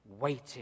Waiting